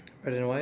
red and white